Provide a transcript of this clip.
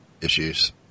Issues